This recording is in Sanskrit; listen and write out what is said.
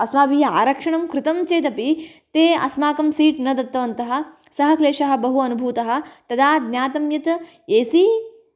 अस्माभिः आरक्षणं कृतं चेत् अपि ते अस्माकं सीट् न दत्तवन्तः सः क्लेशः बहु अनुभूतः तदा ज्ञातं यत् एसि